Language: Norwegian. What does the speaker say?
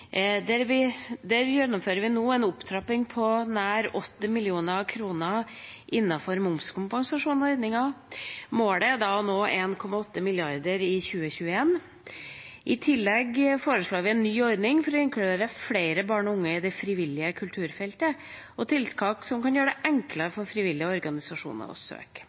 Der gjennomfører vi nå en opptrapping på nær 80 mill. kr innenfor momskompensasjonsordningen. Målet er da å nå 1,8 mrd. kr i 2021. I tillegg foreslår vi en ny ordning for å inkludere flere barn og unge i det frivillige kulturfeltet og tiltak som kan gjøre det enklere for frivillige organisasjoner å søke.